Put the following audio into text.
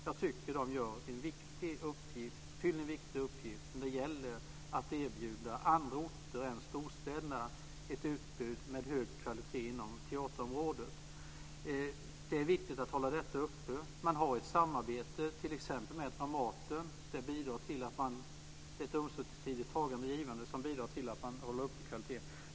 Jag tycker att man fyller en viktig uppgift när det gäller att erbjuda andra orter än storstäderna ett utbud med hög kvalitet inom teaterområdet. Det är viktigt att upprätthålla detta. Man har ett samarbete med t.ex. Dramaten. Det är ett ömsesidigt tagande och givande som bidrar till att hålla kvaliteten på hög nivå.